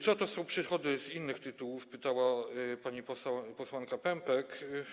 Co to są przychody z innych tytułów? - pytała pani posłanka Pępek.